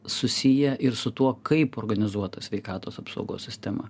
susiję ir su tuo kaip organizuota sveikatos apsaugos sistema